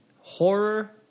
Horror